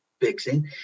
fixing